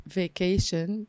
vacation